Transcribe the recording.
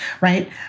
right